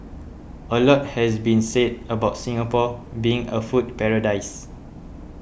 a lot has been said about Singapore being a food paradise